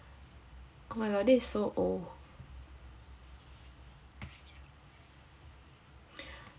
oh my god this is so old